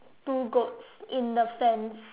two goats in the fence